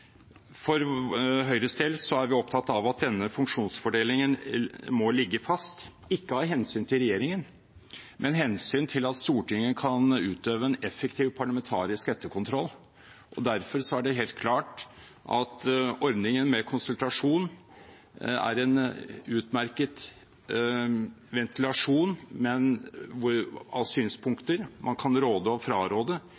operasjoner. For Høyres del er vi opptatt av at denne funksjonsfordelingen må ligge fast – ikke av hensyn til regjeringen, men av hensyn til at Stortinget kan utøve en effektiv parlamentarisk etterkontroll. Derfor er det helt klart at ordningen med konsultasjon er en utmerket ventilasjon av synspunkter man kan råde til og fraråde, men